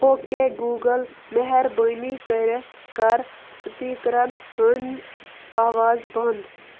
okay Google مہربٲنی کٔرِتھ کَر سپیٖکرَن ہٕنٛز آواز بنٛد